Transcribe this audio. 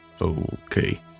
okay